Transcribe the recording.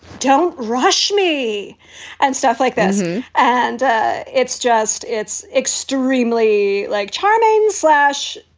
don't rush me and stuff like that and ah it's just it's extremely like charming slash.